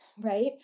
Right